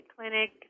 clinic